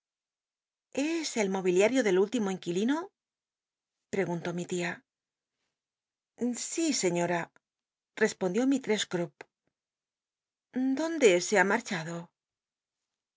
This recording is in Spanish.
es el mobiliario del último inquilino preguntó mi lia si señora respondió misttess cupp dónde se ha marchado